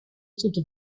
narrative